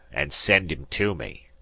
and send him to me.